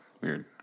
weird